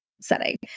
setting